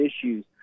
issues